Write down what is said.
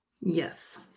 Yes